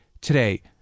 today